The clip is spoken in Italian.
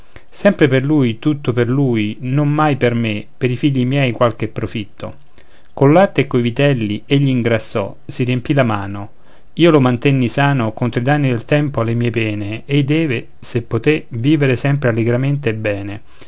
sempre per lui tutto per lui non mai per me pei figli miei qualche profitto col latte e coi vitelli egli ingrassò si riempì la mano io lo mantenni sano contro i danni del tempo alle mie pene ei deve se poté vivere sempre allegramente e bene